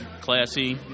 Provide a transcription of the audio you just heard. classy